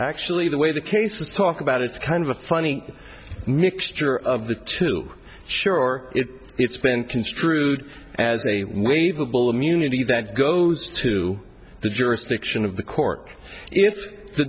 actually the way the cases talk about it's kind of a funny mixture of the two sure it's been construed as a wave of bull immunity that goes to the jurisdiction of the court if the